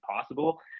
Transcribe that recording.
possible